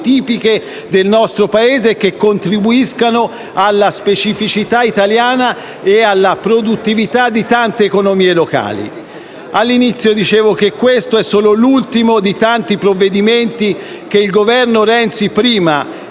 tipiche del nostro Paese e che contribuiscono alla specificità italiana e alla produttività di tante economie locali. All'inizio dicevo che questo è solo l'ultimo di tanti provvedimenti che i Governi, Renzi prima